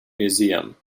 museum